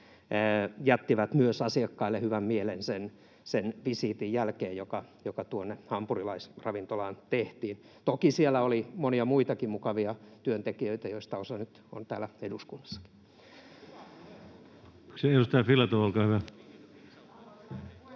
jättivät myös asiakkaille hyvän mielen sen visiitin jälkeen, joka tuonne hampurilaisravintolaan tehtiin. Toki siellä oli monia muitakin mukavia työntekijöitä, joista osa nyt on täällä eduskunnassa. [Naurua — Tuomas Kettunen: Hyvä